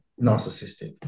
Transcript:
narcissistic